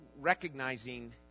recognizing